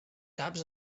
caps